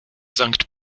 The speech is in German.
sankt